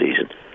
season